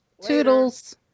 Toodles